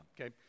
okay